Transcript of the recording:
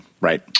Right